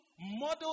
model